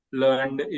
learned